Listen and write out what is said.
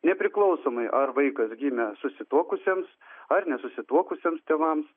nepriklausomai ar vaikas gimė susituokusiems ar nesusituokusiems tėvams